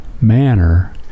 manner